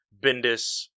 Bendis